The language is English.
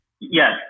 Yes